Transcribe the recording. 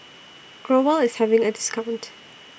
Growell IS having A discount